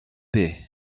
baie